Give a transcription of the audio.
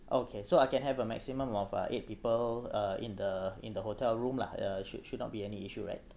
okay so I can have a maximum of uh eight people uh in the in the hotel room lah uh should should not be any issue right